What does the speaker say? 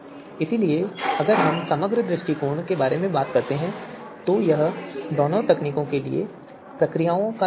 इसलिए अगर हम समग्र दृष्टिकोण के बारे में बात करते हैं तो यह दोनों तकनीकों के लिए प्रक्रियाओं का हिस्सा है